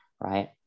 right